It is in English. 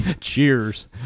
Cheers